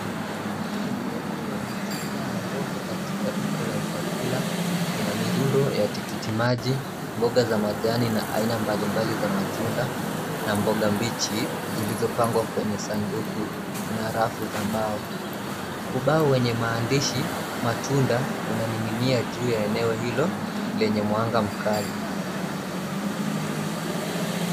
Sehemu ya matunda na mboga katika duka la vyakula ,ina mirundo ya tikiti maji, mboga za majani na aina mbalimbali za matunda na mboga mbichi zilizopangwa kwenye sanduku na rafu za mbao. Ubao wenye maandishi matunda unaning'inia juu ya eneo hilo wenye mwanga mkali.